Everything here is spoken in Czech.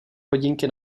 hodinky